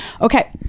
Okay